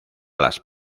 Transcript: las